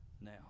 Now